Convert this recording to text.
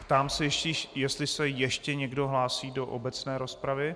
Ptám se, jestli se ještě někdo hlásí do obecné rozpravy.